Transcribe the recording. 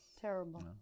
Terrible